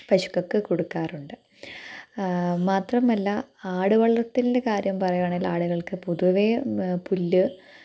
പശുക്കൾക്ക് കൊടുക്കാറുണ്ട് മാത്രമല്ല ആടു വളർത്തലിൻ്റെ കാര്യം പറയുവാണേൽ ആടുകൾക്ക് പൊതുവേ പുല്ല്